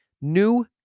new